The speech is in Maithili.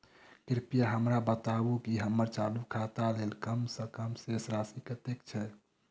कृपया हमरा बताबू की हम्मर चालू खाता लेल कम सँ कम शेष राशि कतेक छै?